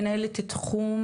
מנהלת תחום